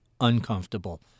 uncomfortable